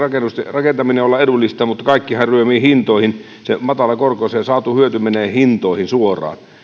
rakentamisen olla edullista kaikkihan ryömii hintoihin se matala korko se saatu hyöty menee hintoihin suoraan